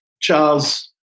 Charles